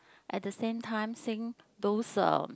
at the same time sing those uh